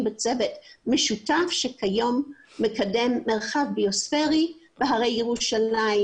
בצוות משותף שכיום מקדם מרחב ביוספרי בהרי ירושלים,